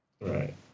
Right